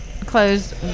closed